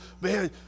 Man